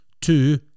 Two